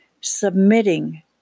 submitting